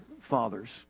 fathers